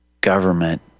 government